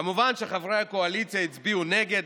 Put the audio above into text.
כמובן חברי הקואליציה הצביעו נגד.